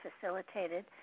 facilitated